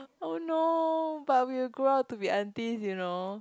oh no but we will grew up to be aunties you know